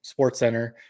SportsCenter